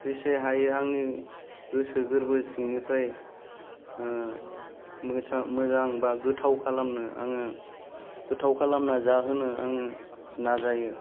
जेसे हायो आंनि गोसो गोरबो सिंनिफ्राय मोजां बा गोथाव खालामनो आङो गोथाव खालामना जाहोनो आङो नाजायो